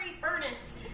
furnace